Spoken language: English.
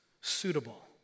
suitable